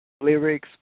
lyrics